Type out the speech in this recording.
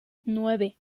nueve